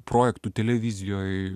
projektų televizijoj